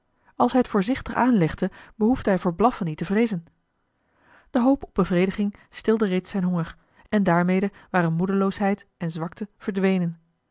als hij het voorzichtig aanlegde behoefde hij voor blaffen niet te vreezen de hoop op bevrediging stilde reeds zijn honger en daarmede waren moedeloosheid en zwakte verdwenen